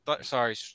sorry